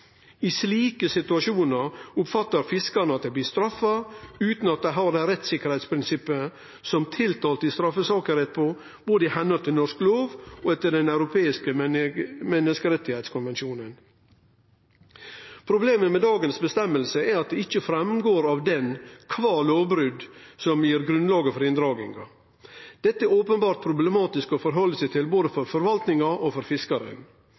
I slike situasjonar oppfattar fiskarane at dei blir straffa, utan at dei har den rettstryggleiken som tiltalte i straffesakar har rett på, både ifølgje norsk lov og etter Den europeiske menneskerettskonvensjonen. Problemet med føresegna i dag er at det ikkje går fram kva lovbrot som gir grunnlag for inndraging. Dette er openbert problematisk å innrette seg etter, både for forvaltninga og for fiskarane.